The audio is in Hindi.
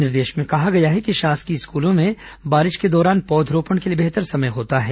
निर्देश में कहा गया है कि शासकीय स्कूलों में बारिश के दौरान पौधरोपण के लिए बेहतर समय होता है